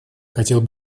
хотел